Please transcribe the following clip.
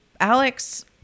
Alex